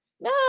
No